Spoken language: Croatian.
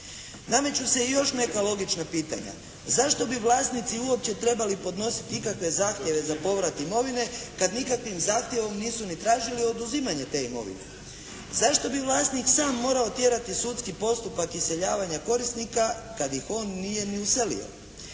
Nameću se još neka logična pitanja. Zašto bi vlasnici uopće trebali podnositi ikakve zahtjeve za povrat imovine kada nikakvim zahtjevom nisu ni tražili oduzimanje te imovine. Zašto bi vlasnik sam morao tjerati sudski postupak iseljavanja korisnika kada ih on nije ni uselio.